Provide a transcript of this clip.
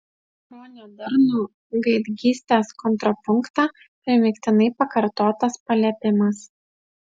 pro nedarnų gaidgystės kontrapunktą primygtinai pakartotas paliepimas